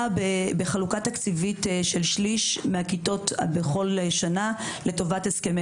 בחלוקה תקציבית של שליש מהכיתות בכל שנה לטובת הסכמי